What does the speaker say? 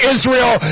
Israel